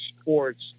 sports